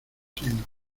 seno